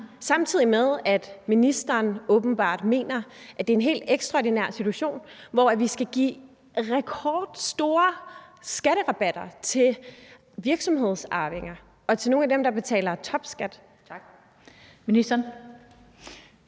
samtidig med at ministeren åbenbart mener, at det er en helt ekstraordinær situation, hvor vi skal give rekordstore skatterabatter til virksomhedsarvinger og til nogle af dem, der betaler topskat? Kl. 15:26 Den